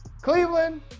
Cleveland